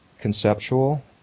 conceptual